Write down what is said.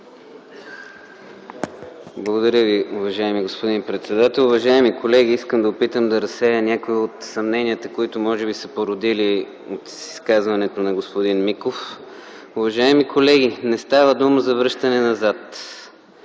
Благодаря Ви, уважаеми господин председател. Уважаеми колеги, искам да опитам да разсея някои от съмненията, които може би са се породили от изказването на господин Миков. Уважаеми колеги, не става дума за връщане назад.